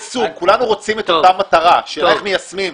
כולנו רוצים את אותה מטרה אבל השאלה איך מיישמים.